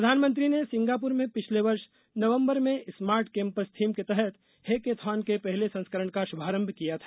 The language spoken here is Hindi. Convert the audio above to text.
प्रधानमंत्री ने सिंगापुर में पिछले वर्ष नवंबर में स्मार्ट कैंपस थीम के तहत हैकेथॉन के पहले संस्करण का शुभारंभ किया था